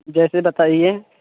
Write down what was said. जैसे बताइए